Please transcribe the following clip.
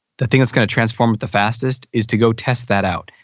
the thing that's gonna transform the fastest is to go test that out.